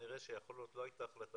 כנראה שיכול להיות שלא הייתה החלטה,